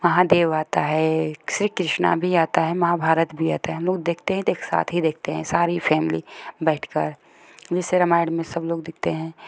महादेव आता है श्री कृष्णा भी आता है महाभारत भी आता है हम लोग देखते हैं तो एक साथ ही देखते हैं सारी फ़ैमिली बैठ कर जैसे रामायण में सब लोग देखते हैं